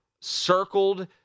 circled